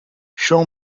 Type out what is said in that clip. show